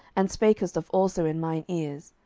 and spakest of also in mine ears,